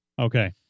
Okay